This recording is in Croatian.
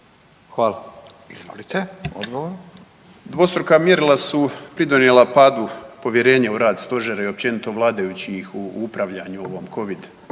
Nino (Nezavisni)** Dvostruka mjerila su pridonijela padu povjerenja u rad stožera i općenito vladajućih u upravljanju ovom Covid